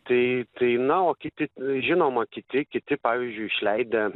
tai tai na o kiti žinoma kiti kiti pavyzdžiui išleidę